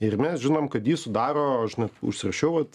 ir mes žinom kad jį sudaro aš net užsirašiau vat